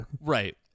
Right